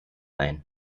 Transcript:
ein